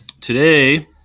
Today